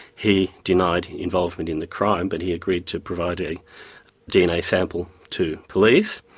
he denied involvement in the crime, but he agreed to provide a dna sample to police,